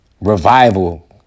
revival